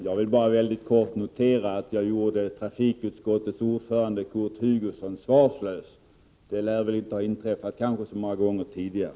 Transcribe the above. Jag vill bara mycket kort notera att jag gjorde trafikutskottets ordförande Kurt Hugosson svarslös. Det lär inte ha inträffat så många gånger tidigare.